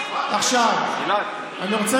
עכשיו אני רוצה